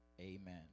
Amen